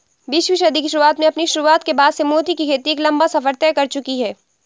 बीसवीं सदी की शुरुआत में अपनी शुरुआत के बाद से मोती की खेती एक लंबा सफर तय कर चुकी है